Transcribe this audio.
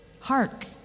Hark